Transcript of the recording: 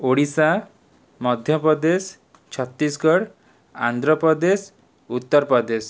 Odisha Madhya Pradesh Chhattisgarh Andhra Pradesh Uttar Pradesh